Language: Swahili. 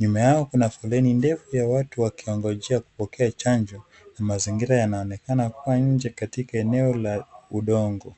nyuma yao kuna foleni ndefu ya watu wakingoja kupokea chanjo na mazingira yanaonekana kuwa nje katika eneo la udongo.